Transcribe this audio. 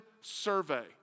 Survey